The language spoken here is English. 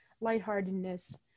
lightheartedness